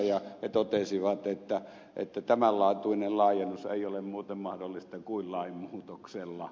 he totesivat että tämän laatuinen laajennus ei ole muuten mahdollista kuin lainmuutoksella